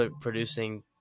producing